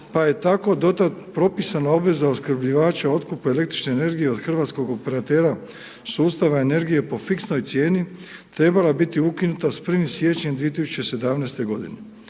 pa je tako do tada propisana obveza opskrbljivača otkupa električne energije od hrvatskog operatera sustava energije po fiksnoj cijeni trebala biti ukinuta sa 1. siječnjem 2017. godine.